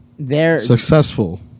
Successful